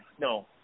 no